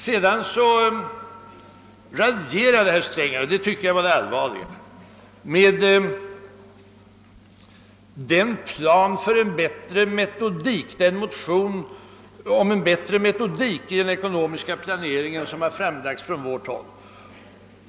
Sedan raljerade herr Sträng — och det tycker jag var det allvarliga — med den motion angående en bättre metodik för den ekonomiska planeringen som väckts från vårt håll.